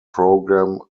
program